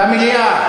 במליאה.